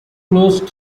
closed